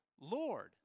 Lord